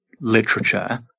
literature